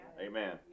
Amen